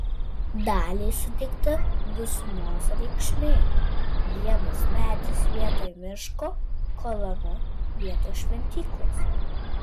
daliai suteikta visumos reikšmė vienas medis vietoj miško kolona vietoj šventyklos